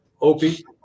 Opie